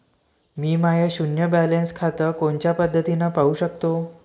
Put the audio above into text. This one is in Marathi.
मी माय शुन्य बॅलन्स खातं कोनच्या पद्धतीनं पाहू शकतो?